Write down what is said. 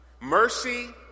Mercy